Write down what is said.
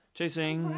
Chasing